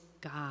God